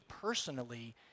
personally